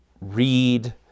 read